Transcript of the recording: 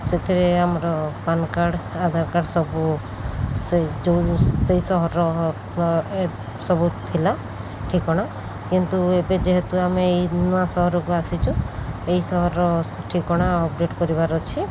ସେଥିରେ ଆମର PAN card Aadhaar card ସବୁ ସେ ଯେଉଁ ସେହି ସହରର ସବୁ ଥିଲା ଠିକଣା କିନ୍ତୁ ଏବେ ଯେହେତୁ ଆମେ ଏହି ନୂଆ ସହରକୁ ଆସିଛୁ ଏହି ସହରର ଠିକଣା ଅପ୍ଡ଼େଟ୍ କରିବାର ଅଛି